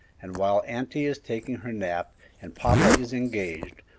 and while auntie is taking her nap and papa is engaged,